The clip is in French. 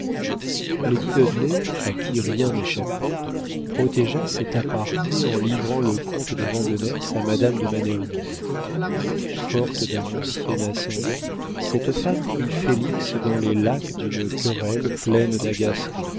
lady dudley à qui rien n'échappait protégea cet aparté en livrant le comte de vandenesse à madame de manerville forte d'un ancien ascendant cette femme prit félix dans les lacs d'une querelle pleine d'agaceries